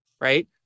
Right